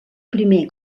primer